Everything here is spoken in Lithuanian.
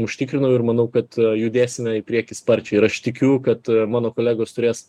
užtikrinu ir manau kad judėsime į priekį sparčiai ir aš tikiu kad mano kolegos turės